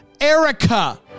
Erica